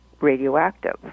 radioactive